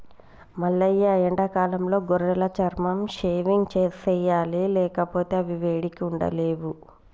మల్లయ్య ఎండాకాలంలో గొర్రెల చర్మం షేవింగ్ సెయ్యాలి లేకపోతే అవి వేడికి ఉండలేవు